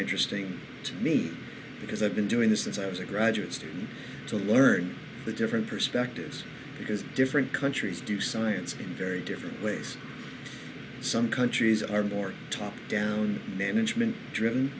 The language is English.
interesting to me because i've been doing this since i was a graduate student to learn the different perspectives because different countries do science in very different ways some countries are more top down management driven